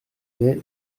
mai